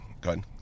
good